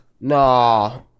Nah